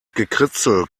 gekritzel